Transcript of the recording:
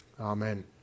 Amen